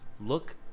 look